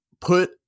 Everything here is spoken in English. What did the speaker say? put